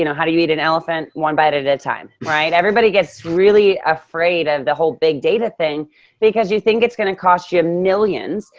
you know how do you eat an elephant? one bite at a time, right? everybody gets really afraid of and the whole big data thing because you think it's gonna cost you millions,